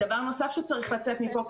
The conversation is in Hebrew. דבר נוסף שצריך לצאת מפה,